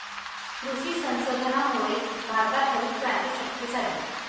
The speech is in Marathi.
कृषी संशोधनामुळेच भारतात हरितक्रांती शक्य झाली